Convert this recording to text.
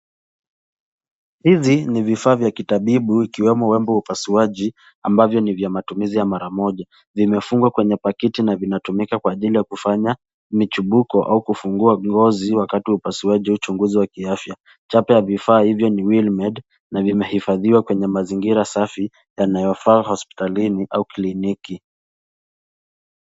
Hizi ni vifaa vya kitabibu ikiwemo wembe wa upasuaji ambavyo ni vya matumizi ya mara moja. Zimefungwa kwenye paketi na vinatumika kwa ajili ya kufanya michimbuko au kufungua ngozi wakati wa upasuaji au uchunguzi wa kiafya. Chapa ya vifaa hivyo ni Wilmed na vimehifadhiwa kwenye mazingira safi yanayofaa hospitalini au kliniki.